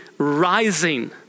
rising